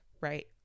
right